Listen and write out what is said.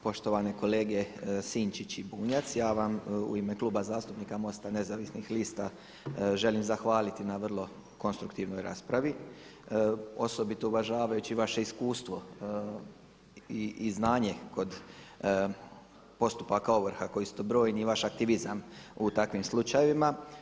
Poštovane kolege Sinčić i Bunjac, ja vam u ime Kluba zastupnika MOST-a nezavisnih lista želim zahvaliti na vrlo konstruktivnoj raspravi osobito uvažavajući vaše iskustvo i znanje kod postupaka ovrha koji su brojni i vaš aktivizam u takvim slučajevima.